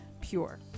pure